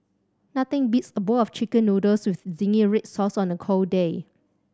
nothing beats a bowl of Chicken Noodles with zingy red sauce on a cold day